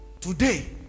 Today